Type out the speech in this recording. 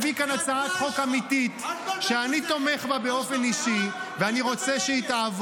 או שאתם הכי פופוליסטיים --- זה לא יעזור